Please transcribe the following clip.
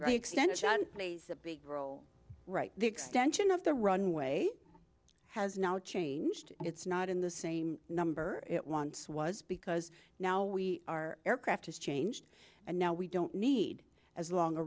benet's a big girl right the extension of the runway has now changed it's not in the same number it once was because now we are aircraft has changed and now we don't need as long a